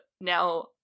now